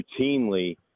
routinely